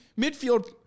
midfield